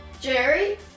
jerry